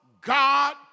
God